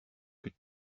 que